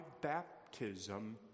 baptism